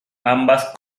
ambas